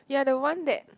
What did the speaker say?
ya the one that